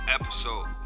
episode